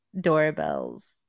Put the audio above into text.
doorbells